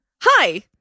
Hi